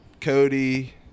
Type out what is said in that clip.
Cody